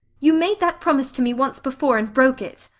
you made that promise to me once before and broke it.